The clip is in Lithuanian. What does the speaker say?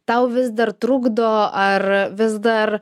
tau vis dar trukdo ar vis dar